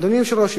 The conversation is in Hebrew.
אדוני היושב-ראש,